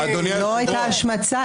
לא הייתה פה השמצה.